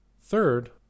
Third